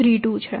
32 છે